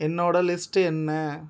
என்னோட லிஸ்ட்டு என்ன